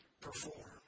perform